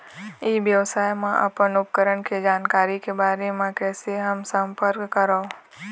ई व्यवसाय मा अपन उपकरण के जानकारी के बारे मा कैसे हम संपर्क करवो?